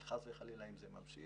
אבל אם חס וחלילה זה ממשיך,